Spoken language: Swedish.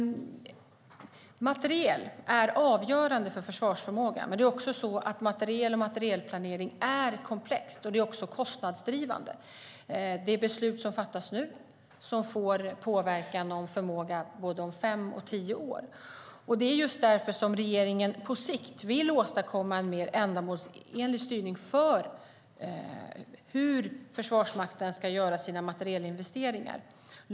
Materiel är avgörande för försvarsförmågan, men materiel och materielplanering är också komplext och kostnadsdrivande. Det beslut som fattas nu får påverkan på förmåga både om fem år och om tio år. Det är just därför som regeringen på sikt vill åstadkomma en mer ändamålsenlig styrning av hur Försvarsmakten ska göra sina materielinvesteringar.